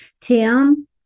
Tim